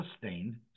sustained